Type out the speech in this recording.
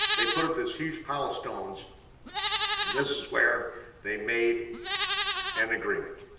they put up this huge pile of stones and this is where they made an agreement,